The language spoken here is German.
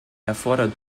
erfordert